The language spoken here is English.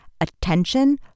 attention